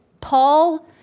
Paul